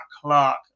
Clark